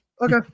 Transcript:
Okay